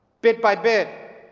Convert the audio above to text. bit by bit,